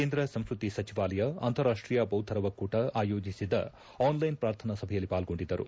ಕೇಂದ್ರ ಸಂಸ್ಟತಿ ಸಚಿವಾಲಯ ಅಂತಾರಾಷ್ಟೀಯ ಬೌದ್ಧರ ಒಕ್ಕೂಟ ಆಯೋಜಿಸಿದ್ದ ಆನ್ಲೈನ್ ಪ್ರಾರ್ಥನಾ ಸಭೆಯಲ್ಲಿ ಪಾಲ್ಗೊಂಡಿದ್ದರು